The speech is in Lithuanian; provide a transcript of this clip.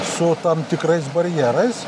su tam tikrais barjerais